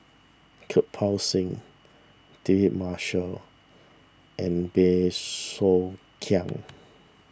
Kirpal Singh David Marshall and Bey Soo Khiang